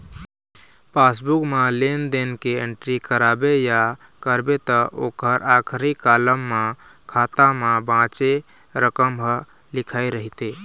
passbook म लेन देन के एंटरी कराबे या करबे त ओखर आखरी कालम म खाता म बाचे रकम ह लिखाए रहिथे